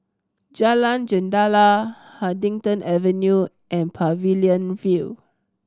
Jalan Jendela Huddington Avenue and Pavilion View